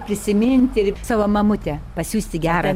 prisiminti ir savo mamutę pasiųsti gerą